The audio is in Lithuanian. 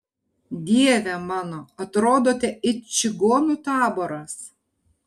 dieve mano atrodote it čigonų taboras